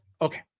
okay